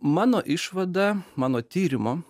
mano išvada mano tyrimo